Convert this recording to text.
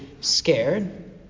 scared